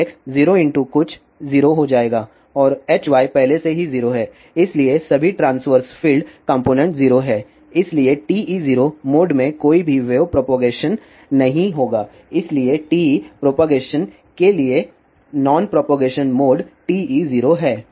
Hx 0 कुछ 0 हो जाएगा और Hy पहले से ही 0 है इसलिए सभी ट्रांस्वर्स फील्ड कॉम्पोनेन्ट 0 हैं इसलिए TE0 मोड में कोई भी वेव प्रोपागेशन नहीं होगा इसलिए TE प्रोपागेशन के लिए नॉन प्रोपागेशन मोड TE0 है